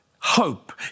hope